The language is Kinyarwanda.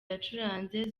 yacuranze